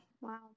Wow